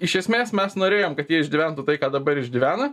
iš esmės mes norėjom kad jie išgyventų tai ką dabar išgyvena